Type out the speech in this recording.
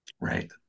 Right